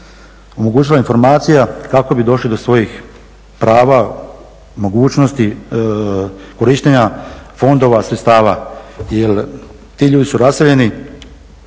omogućila informacija kako bi došli do svojih prava, mogućnosti korištenja fondova sredstava. Jer ti ljudi su raseljeni,